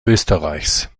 österreichs